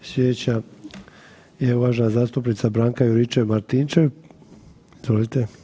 Slijedeća je uvažena zastupnica Branka Juričev Martinčev, izvolite.